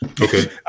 Okay